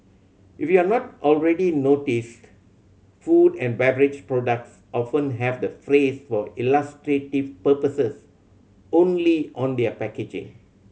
if you're not already noticed food and beverage products often have the phrase for illustrative purposes only on their packaging